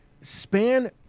span